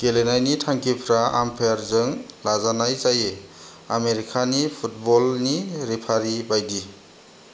गेलेनायनि थांखिफ्रा आम्पायारजों लाजानाय जायो आमेरिकानि फुटबलनि रेफारि बायदि